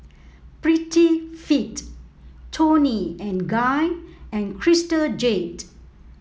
Prettyfit Toni and Guy and Crystal Jade